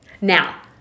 Now